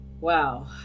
Wow